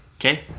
Okay